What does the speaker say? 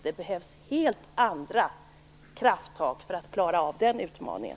Det behövs helt andra krafttag för att klara den utmaningen.